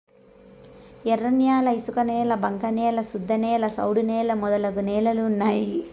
ఎర్రన్యాల ఇసుకనేల బంక న్యాల శుద్ధనేల సౌడు నేల మొదలగు నేలలు ఉన్నాయి